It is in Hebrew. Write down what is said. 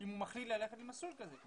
אם הוא מחליט ללכת למסלול כזה.